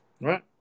Right